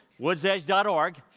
woodsedge.org